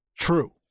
true